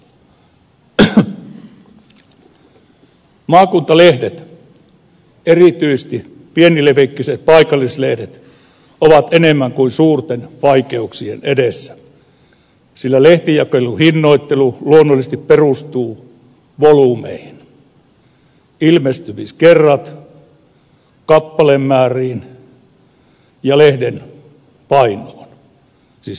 maakuntalehdet erityisesti pienilevikkiset paikallislehdet ovat enemmän kuin suurten vaikeuksien edessä sillä lehtijakelun hinnoittelu luonnollisesti perustuu volyymeihin ilmestymiskertoihin kappalemääriin ja lehden painoon